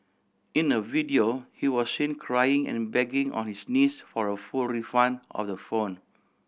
in a video he was seen crying and begging on his knees for a full refund of the phone